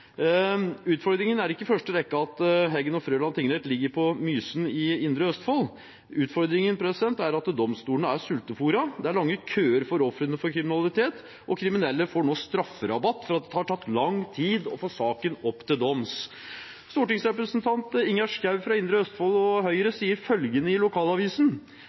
Utfordringen er ikke i første rekke at Heggen og Frøland tingrett ligger på Mysen i indre Østfold, utfordringen er at domstolene er sulteforet. Det er lange køer for ofrene for kriminalitet, og kriminelle får nå strafferabatt fordi det har tatt lang tid å få saken opp til doms. Stortingsrepresentant Ingjerd Schou fra indre Østfold og Høyre sier følgende i lokalavisen: